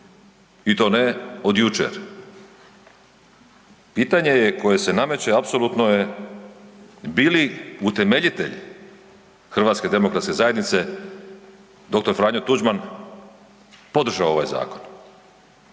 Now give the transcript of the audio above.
i to ne od jučer? Pitanje koje se nameće apsolutno je bi li utemeljitelj HDZ-a dr. Franjo Tuđman podržao ovaj zakon?